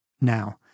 now